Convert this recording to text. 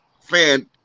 fan